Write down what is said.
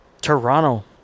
Toronto